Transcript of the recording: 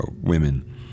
women